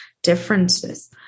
Differences